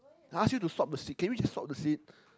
I ask you to swap the seat can we just swap the seat